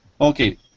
Okay